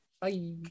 Bye